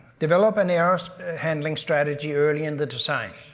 develop an error handling strategy early in the design.